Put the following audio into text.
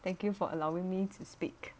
thank you for allowing me to speak